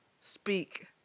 speak